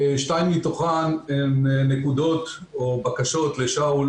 שתיים מתוכן הן נקודות או בקשות לשאול,